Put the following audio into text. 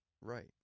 Right